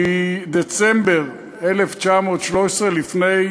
מדצמבר 2013, לפני